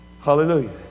Hallelujah